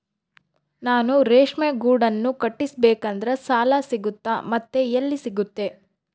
ನಾನು ರೇಷ್ಮೆ ಗೂಡನ್ನು ಕಟ್ಟಿಸ್ಬೇಕಂದ್ರೆ ಸಾಲ ಸಿಗುತ್ತಾ ಮತ್ತೆ ಎಲ್ಲಿ ಸಿಗುತ್ತೆ?